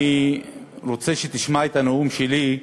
אני רוצה שתשמע את הנאום שלי,